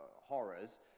horrors